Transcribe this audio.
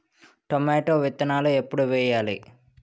Tomato విత్తనాలు ఎప్పుడు వెయ్యాలి?